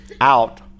out